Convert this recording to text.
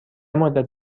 مدت